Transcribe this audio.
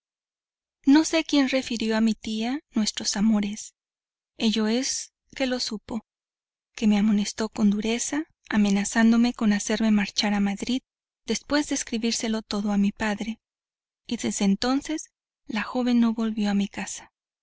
no sé quién refirió a mi tía nuestros amores ello es que los supo que me amonestó con dureza amenazándome con hacerme marchar a madrid después de escribírselo todo a mi padre y desde entonces la joven no volvió a mi casa